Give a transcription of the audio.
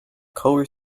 color